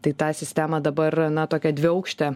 tai tą sistemą dabar na tokia dviaukšte